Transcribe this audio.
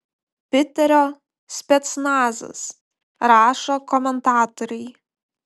piterio specnazas rašo komentatoriai